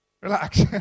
relax